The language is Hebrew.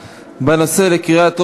חברי חברי הכנסת,